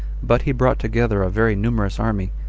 but he brought together a very numerous army,